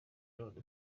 none